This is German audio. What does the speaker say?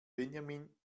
benjamin